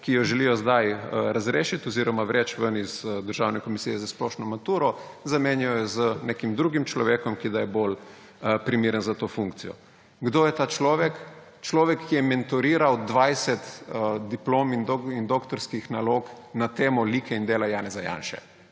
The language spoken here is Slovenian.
ki jo želijo zdaj razrešiti oziroma vreči ven iz Državne komisije za splošno maturo, zamenjajo z nekim drugim človekom, ki da je bolj primeren za to funkcijo. Kdo je ta človek? Človek, ki je mentoriral 20 diplom in doktorskih nalog na temo lika in dela Janeza Janše.